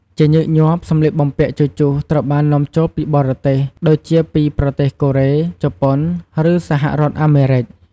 ជាញឹកញាប់ សម្លៀកបំពាក់ជជុះត្រូវបាននាំចូលពីបរទេស ដូចជាពីប្រទេសកូរ៉េ ជប៉ុន ឬសហរដ្ឋអាមេរិក។